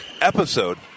episode